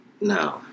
No